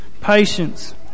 patience